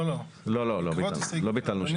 לא, לא ביטלנו שטחי שירות.